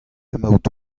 emaout